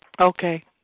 Okay